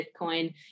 Bitcoin